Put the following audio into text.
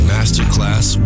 Masterclass